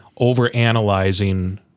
overanalyzing